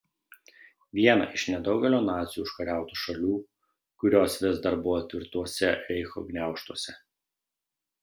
vieną iš nedaugelio nacių užkariautų šalių kurios vis dar buvo tvirtuose reicho gniaužtuose